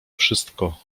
wszystko